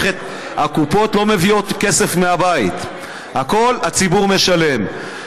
הקופות לא מביאות כסף מהבית, הכול, הציבור משלם.